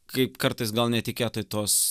kaip kartais gal netikėtai tos